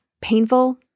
painful